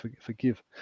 forgive